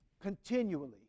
continually